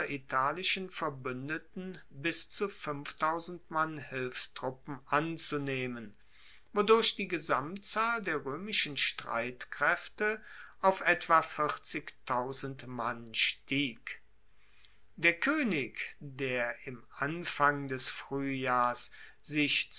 ausseritalischen verbuendeten bis zu mann hilfstruppen anzunehmen wodurch die gesamtzahl der roemischen streitkraefte auf etwa mann stieg der koenig der im anfang des fruehjahrs sich